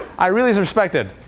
i really respected.